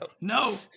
No